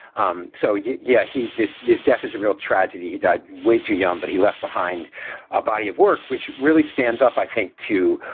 um so, yeah, yeah he this this death is a real tragedy. he died way too young, but he left behind a body of work, which really stands up, i think, to